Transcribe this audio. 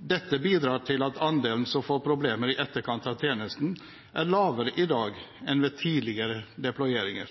Dette bidrar til at andelen som får problemer i etterkant av tjenesten, er lavere i dag enn ved tidligere deployeringer.